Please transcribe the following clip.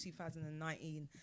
2019